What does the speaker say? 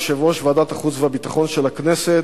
יושב-ראש ועדת החוץ והביטחון של הכנסת,